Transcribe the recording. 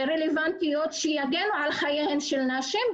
רלוונטיות שיגנו על חייהן של נשים.